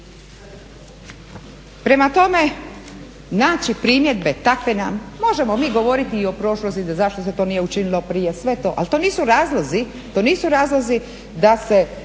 Prema tome, naći primjedbe takve nam, možemo mi govoriti i o prošlosti, da zašto se to nije učinilo, sve to, ali to nisu razlozi da se